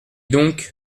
donc